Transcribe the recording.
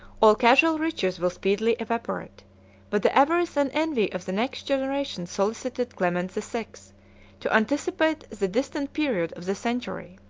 all casual riches will speedily evaporate but the avarice and envy of the next generation solicited clement the sixth to anticipate the distant period of the century.